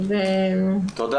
תודה